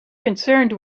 concerned